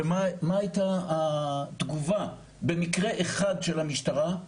ומה הייתה התגובה במקרה אחד של המשטרה?